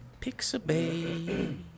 Pixabay